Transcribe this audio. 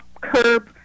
curb